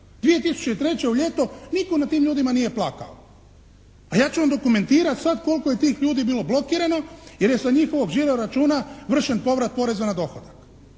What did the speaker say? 2003. U ljeto nitko nad tim ljudima nije plakao. A ja ću vam dokumentirati sad koliko je tih ljudi bilo blokirano jer je sa njihovog žiro računa vršen povrat poreza na dohodak.